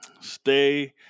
stay